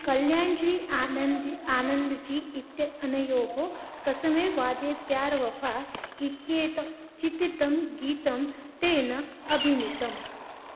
कल्याण् जी आनन्दि आनन्द् जी इत्यतः अनयोः कस्मै वादे प्यार् वफ़ा इत्येतं चित्रितं गीतं तेन अभिनीतम्